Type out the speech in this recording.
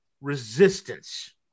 resistance